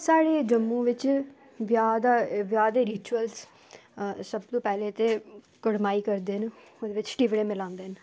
साढ़े जम्मू बिच ब्याह दे रिचुअलस सब तूं पैह्लें ते कड़माई करदे न ओह्दे च टिपडे़ मिलांदे न